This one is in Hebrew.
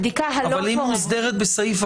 הבדיקה הלא פורנזית.